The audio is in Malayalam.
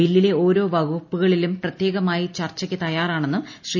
ബില്ലിലെ ഓരോ വകുപ്പുകളിലും പ്രത്യേകമായി ചർച്ചയ്ക്കു തയ്യാറാണെന്നും ശ്രീ